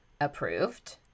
approved